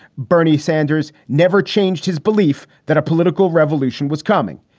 bernie sanders never changed his belief that a political revolution was coming.